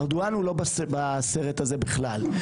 ארדואן הוא לא בסרט הזה בכלל.